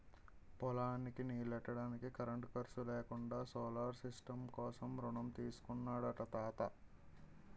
పొలానికి నీల్లెట్టడానికి కరెంటు ఖర్సు లేకుండా సోలార్ సిస్టం కోసం రుణం తీసుకున్నాడట తాత